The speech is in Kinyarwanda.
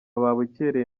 babukereye